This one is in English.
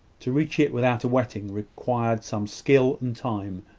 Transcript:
to reach it without a wetting required some skill and time.